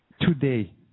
Today